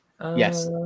Yes